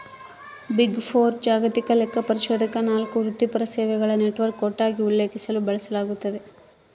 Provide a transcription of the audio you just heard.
big four ಜಾಗತಿಕ ಲೆಕ್ಕಪರಿಶೋಧಕ ನಾಲ್ಕು ವೃತ್ತಿಪರ ಸೇವೆಗಳ ನೆಟ್ವರ್ಕ್ ಒಟ್ಟಾಗಿ ಉಲ್ಲೇಖಿಸಲು ಬಳಸಲಾಗ್ತದ